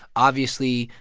obviously,